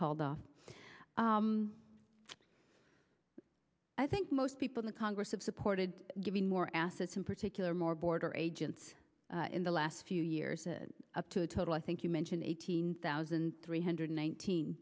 called i think most people in the congress have supported giving more assets in particular more border agents in the last few years up to a total i think you mentioned eighteen thousand three hundred nineteen